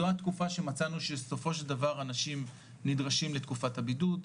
זו התקופה שמצאנו בסופו של דבר שאנשים נדרשים לתקופת הבידוד,